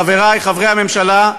חברי חברי הממשלה,